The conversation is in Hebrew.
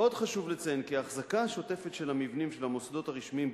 עוד חשוב לציין כי האחזקה השוטפת של המבנים של המוסדות הרשמיים,